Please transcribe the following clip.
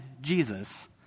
Jesus